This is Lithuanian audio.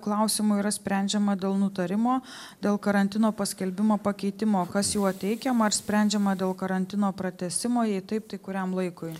klausimu yra sprendžiama dėl nutarimo dėl karantino paskelbimo pakeitimo kas juo teikiama ir sprendžiama dėl karantino pratęsimo jei taip tai kuriam laikui